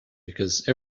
because